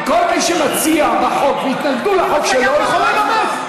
כל מי שמציע בחוק והתנגדו לחוק שלו, יכול לנמק.